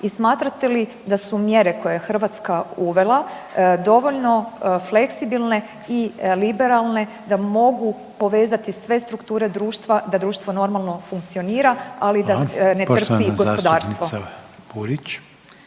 i smatrate li da su mjere koje je Hrvatska uvela dovoljno fleksibilne i liberalne da mogu povezati sve strukture društva da društvo normalno funkcionira, ali da ne trpi gospodarstvo?